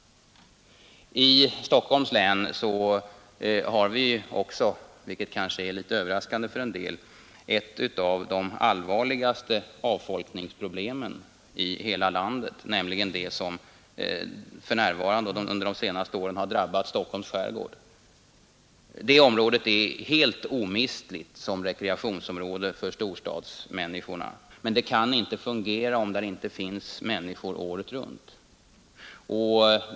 I Stockholms län har vi också, vilket kanske är litet överraskande för en del, ett av de allvarligaste avfolkningsproblemen i hela landet, nämligen det som under de senaste åren har drabbat Stockholms skärgård. Det området är helt omistligt som rekreationsområde för storstadsmänniskorna, men det kan inte fungera om där inte finns människor året runt.